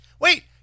Wait